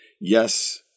yes